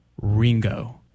Ringo